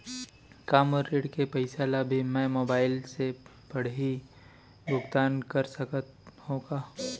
का मोर ऋण के पइसा ल भी मैं मोबाइल से पड़ही भुगतान कर सकत हो का?